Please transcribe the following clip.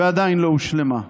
ועדיין לא הושלמה.